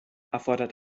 erfordert